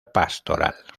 pastoral